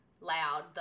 loud